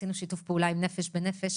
עשינו שיתוף פעולה עם נפש בנפש.